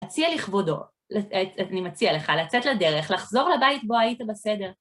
מציע לכבודו, ל... אה... אני מציע לך לצאת לדרך, לחזור לבית בו היית בסדר.